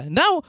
now